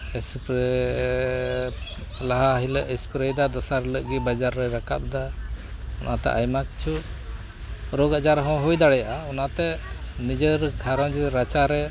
spray ᱞᱟᱦᱟ ᱦᱤᱞᱟᱹᱜ ᱮᱥᱯᱨᱮᱭᱫᱟ ᱫᱚᱥᱟᱨ ᱦᱤᱞᱟᱹᱜ ᱜᱮ ᱵᱟᱡᱟᱨ ᱨᱮᱭ ᱨᱟᱠᱟᱵᱫᱟ ᱚᱱᱟᱛᱮ ᱟᱭᱢᱟ ᱠᱤᱪᱷᱩ ᱨᱳᱜᱽ ᱟᱡᱟᱨᱦᱚᱸ ᱦᱩᱭ ᱫᱟᱲᱮᱭᱟᱜᱼᱟ ᱚᱱᱟᱛᱮ ᱱᱤᱡᱮᱨ ᱜᱷᱟᱨᱚᱸᱡᱽ ᱨᱟᱪᱟᱨᱮ